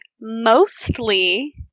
Mostly